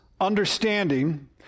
understanding